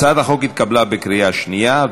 הצעת החוק התקבלה בקריאה שנייה,